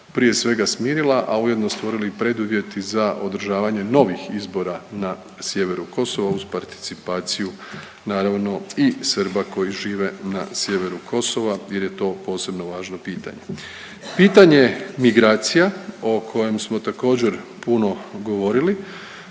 prije svega smirila, a ujedno stvorili i preduvjeti za održavanje novih izbora na sjeveru Kosova uz participaciju naravno i Srba koji žive na sjeveru Kosova jer je to posebno važno pitanje. Pitanje migracija o kojem smo također puno govorili